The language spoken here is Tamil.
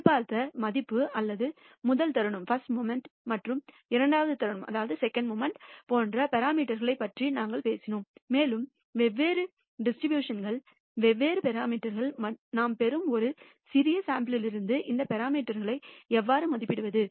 எதிர்பார்த்த மதிப்பு அல்லது முதல் தருணம் மற்றும் இரண்டாவது தருணம் போன்ற பராமீட்டர்களை பற்றி நாங்கள் பேசினோம் மேலும் வெவ்வேறு டிஸ்ட்ரிபியூஷன் ங்கள் வெவ்வேறு பராமீட்டர்கள் மற்றும் நாம் பெறும் ஒரு சிறிய சாம்பிள் லிருந்து இந்த பராமீட்டர்களை எவ்வாறு மதிப்பிடுவது